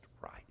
right